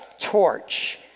torch